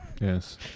Yes